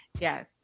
yes